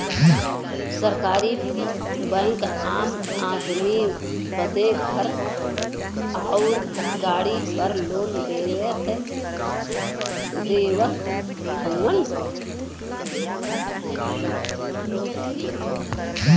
सरकारी बैंक आम आदमी बदे घर आउर गाड़ी पर लोन देवत हउवन